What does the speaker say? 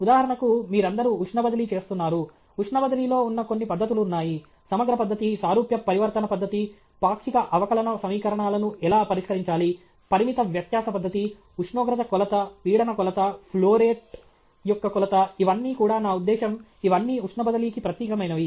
ఉదాహరణకు మీరందరూ ఉష్ణ బదిలీ చేస్తున్నారు ఉష్ణ బదిలీలో ఉన్న కొన్ని పద్ధతులు ఉన్నాయి సమగ్ర పద్ధతి సారూప్య పరివర్తన పద్ధతి పాక్షిక అవకలన సమీకరణాలను ఎలా పరిష్కరించాలి పరిమిత వ్యత్యాస పద్ధతి ఉష్ణోగ్రత కొలత పీడన కొలత ఫ్లోరేట్ యొక్క కొలత ఇవన్నీ కూడా నా ఉద్దేశ్యం ఇవన్నీ ఉష్ణ బదిలీకి ప్రత్యేకమైనవి